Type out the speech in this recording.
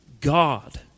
God